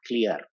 clear